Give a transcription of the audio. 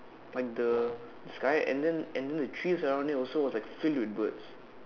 like the sky and then and then the trees around it also was like filled with birds